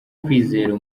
kwizera